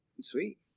sweet